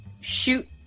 shoot